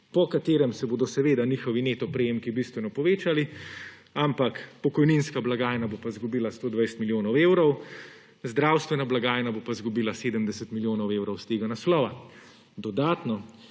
po katerem se bodo seveda njihovi neto prejemki bistveno povečali, ampak pokojninska blagajna bo pa izgubila 120 milijonov evrov, zdravstvena blagajna bo pa izgubila 70 milijonov evrov iz tega naslova. Dodatno